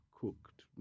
cooked